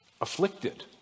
afflicted